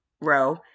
row